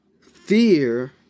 fear